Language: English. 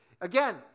again